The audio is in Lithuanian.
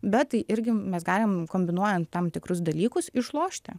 bet tai irgi mes galim kombinuojan tam tikrus dalykus išlošti